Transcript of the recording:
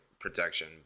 Protection